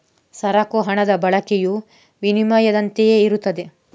ಸರಕು ಹಣದ ಬಳಕೆಯು ವಿನಿಮಯದಂತೆಯೇ ಇರುತ್ತದೆ